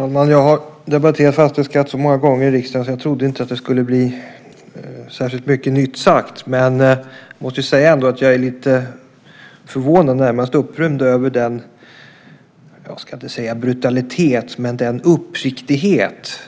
Herr talman! Jag har debatterat fastighetsskatten så många gånger i riksdagen att jag inte trodde att särskilt mycket nytt skulle bli sagt. Jag måste ändå säga att jag är lite förvånad och närmast upprymd över jag ska inte säga brutalitet men den uppriktighet